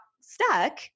stuck